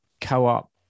co-op